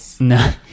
No